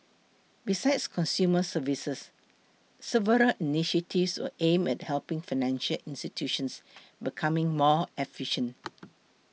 besides consumer services several initiatives were aimed at helping financial institutions become more efficient